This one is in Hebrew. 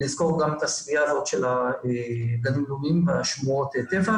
לזכור גם את הסוגיה הזאת של הגנים לאומיים ושמורות הטבע.